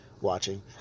watching